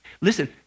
Listen